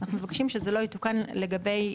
אנחנו מבקשים שזה לא יתוקן לגבי,